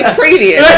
previous